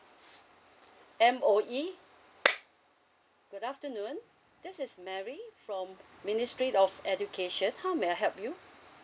M_O_E good afternoon this is mary from ministry of education how may I help you